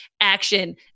action